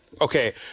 okay